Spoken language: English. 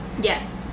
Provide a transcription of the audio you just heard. Yes